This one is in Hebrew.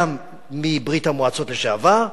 גם מברית-המועצות לשעבר,